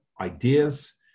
ideas